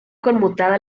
conmutada